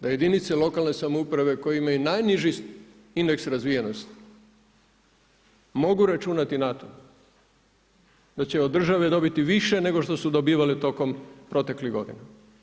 Jedinice lokalne samouprave koji imaju najniži indeks razvijenosti mogu računati na to da će od države dobiti više nego što su dobivale tokom proteklih godina.